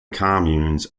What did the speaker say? communes